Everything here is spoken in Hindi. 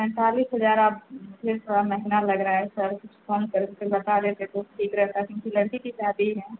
पैंतालीस हज़ार आप फिर थोड़ा महंगा लग रहा है सर कुछ कम करके बता देते तो ठीक रहता क्योंकि लड़की की शादी है